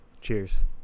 Cheers